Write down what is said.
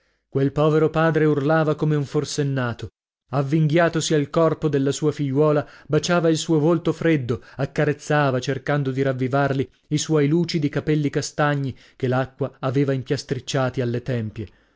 quel povero padre urlava come un forsennato avvinghiatosi al corpo della sua figliuola baciava il suo volto freddo accarezzava cercando di ravviarli i suoi lucidi capelli castagni che l'acqua aveva impiastricciati alle tempie